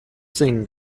singen